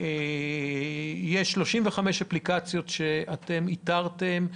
יש 35 אפליקציות שאתם איתרתם,